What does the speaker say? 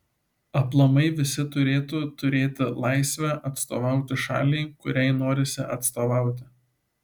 aplamai visi turėtų turėti laisvę atstovauti šaliai kuriai norisi atstovauti